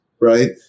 right